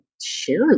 share